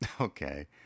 okay